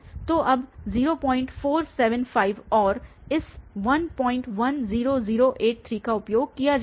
तो अब 0475 और इस 110083 का उपयोग किया जाएगा